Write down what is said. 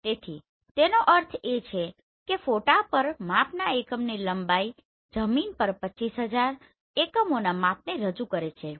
તેથી તેનો અર્થ એ છે કે ફોટા પર માપનના એકમની લંબાઈ જમીન પર 25000 એકમોના માપને રજૂ કરે છે